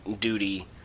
duty